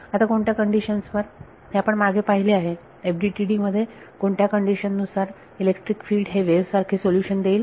आता कोणत्या कंडीशन वर हे आपण मागे पाहिले आहे FDTD मध्ये कोणत्या कंडीशन नुसार इलेक्ट्रिक फील्ड हे वेव्ह सारखे सोल्युशन असेल